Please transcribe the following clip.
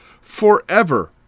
forever